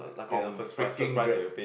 con~ freaking ~grats